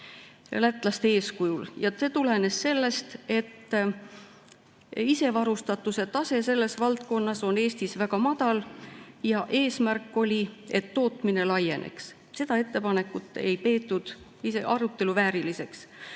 lätlaste eeskujul. See tulenes sellest, et isevarustatuse tase selles valdkonnas on Eestis väga madal. Eesmärk oli, et tootmine laieneks. Seda ettepanekut ei peetud arutelu vääriliseks.